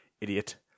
idiot